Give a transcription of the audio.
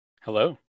Hello